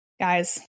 Guys